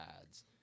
ads